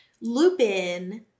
Lupin